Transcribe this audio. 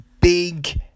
big